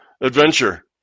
adventure